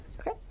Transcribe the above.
Okay